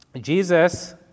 Jesus